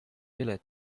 village